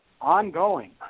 Ongoing